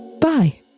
Bye